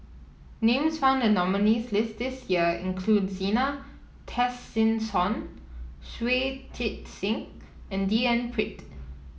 names found in the nominees' list this year include Zena Tessensohn Shui Tit Sing and D N Pritt